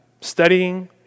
Studying